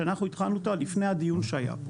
שאנחנו התחלנו אותה עוד לפני הדיון שהיה.